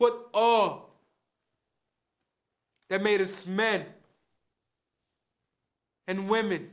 what of it made us men and women